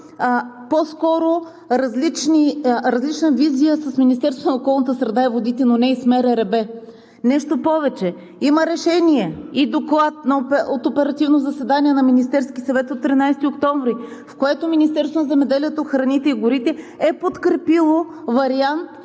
по-скоро различна визия с Министерството на околната среда и водите, но не и с МРРБ. Нещо повече, има решение и доклад от оперативно заседание на Министерския съвет от 13 октомври, в което Министерството на земеделието, храните и горите е подкрепило вариант